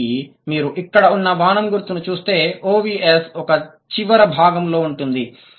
కాబట్టి మీరు ఇక్కడ ఉన్న బాణం గుర్తును చూస్తే OVS ఒక చివర భాగంలో ఉంటుంది